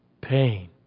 pain